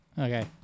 Okay